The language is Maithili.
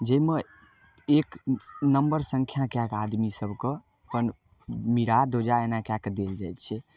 जाहिमे एक नम्बर संख्या कएके आदमी सबके मीरा धौजा एना कएके देल जाइ छै